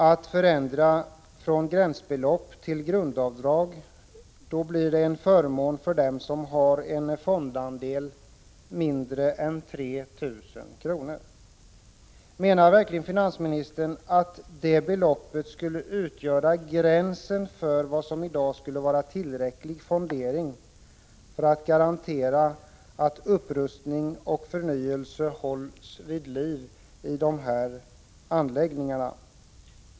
Att förändra från gränsbelopp till grundavdrag innebär att det blir en förmån för den som har en fondandel på mindre än 3 000 kr. Menar verkligen finansministern att det beloppet skulle utgöra gränsen för vad som i dag skulle vara tillräcklig fondering för att garantera upprustning och förnyelse i de här anläggningarna?